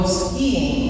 skiing